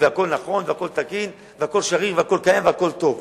והכול נכון והכול תקין והכול שריר והכול קיים והכול טוב.